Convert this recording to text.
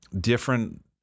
different